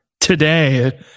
today